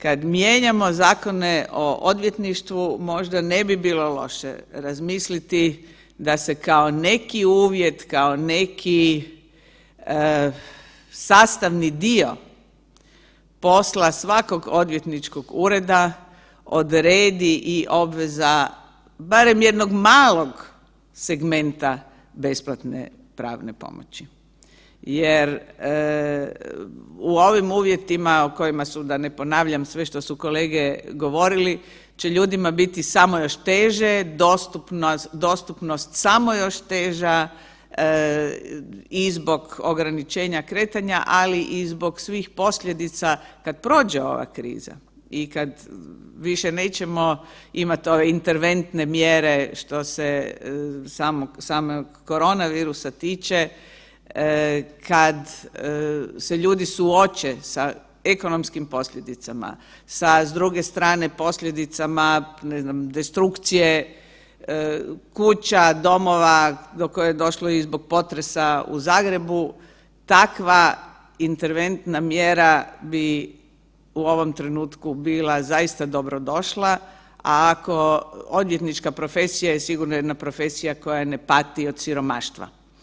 Kad mijenjamo zakone o odvjetništvu, možda ne bi bilo loše razmisliti da se kao neki uvjet, kao neki sastavni dio posla svakog odvjetničkog ureda, odredi i obveza barem jednog malog segmenta besplatne pravne pomoći jer u ovim uvjetima u kojima su, da ne ponavljam sve što su kolege govorili, će ljudima biti samo još teže, dostupnost samo još teža i zbog ograničenja kretanja, ali i zbog svih posljedica kad prođe ova kriza i kad više nećemo imati ove interventne mjere što se samog koronavirusa tiče, kad se ljudi suoče sa ekonomskim posljedica, sa, s druge strane posljedicama, ne zna, destrukcije kuća, domova, do koje je došlo zbog potresa u Zagrebu, takva interventna mjera bi u ovom trenutku bila zaista dobrodošla, a ako, odvjetnička profesija je sigurno jedna profesija koja ne pati od siromaštva.